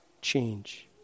change